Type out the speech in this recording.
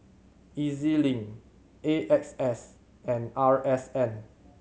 E Z Link A X S and R S N